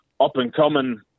up-and-coming